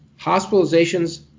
hospitalizations